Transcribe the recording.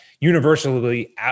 universally